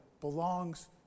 belongs